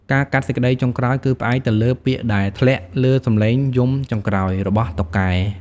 ការកាត់សេចក្តីចុងក្រោយគឺផ្អែកទៅលើ ពាក្យដែលធ្លាក់លើសំឡេងយំចុងក្រោយ របស់តុកែ។